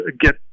get